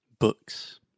Books